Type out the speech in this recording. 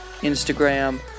Instagram